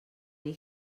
dir